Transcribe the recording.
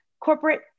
corporate